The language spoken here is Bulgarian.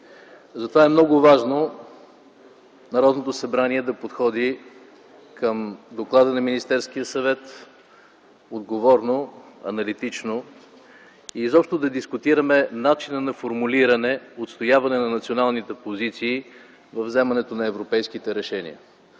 Затова е много важно Народното събрание да подходи към доклада на Министерския съвет отговорно, аналитично, и изобщо да дискутираме начина на формулиране и отстояване на националните позиции във вземането на европейските решения.